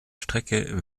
strecke